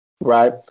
Right